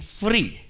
free